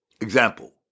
Example